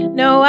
no